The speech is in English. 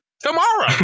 tomorrow